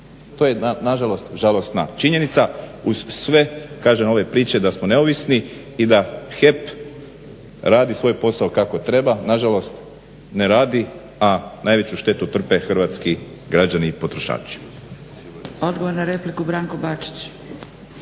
To je nažalost žalosna činjenica uz sve kažem ove priče da smo neovisni i da HEP radi svoj posao kako treba, nažalost ne radi a najveću štetu trpe hrvatski građani i potrošači. **Zgrebec, Dragica